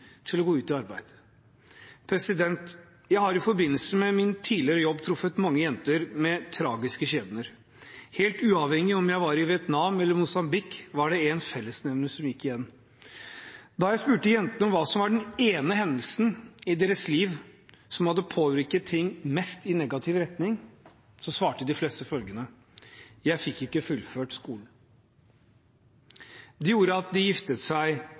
til å gå ut i arbeid. Jeg har i forbindelse med min tidligere jobb truffet mange jenter med tragiske skjebner. Helt uavhengig av om jeg var i Vietnam eller i Mosambik, var det én fellesnevner som gikk igjen. Da jeg spurte jentene om hva som var den ene hendelsen i deres liv som hadde påvirket ting mest i negativ retning, svarte de fleste følgende: Jeg fikk ikke fullført skolen. Det gjorde at de giftet seg